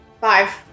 five